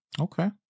Okay